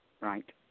Right